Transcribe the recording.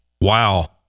Wow